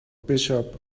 bishop